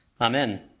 Amen